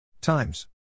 times